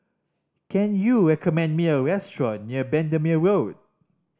can you recommend me a restaurant near Bendemeer Road